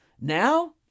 Now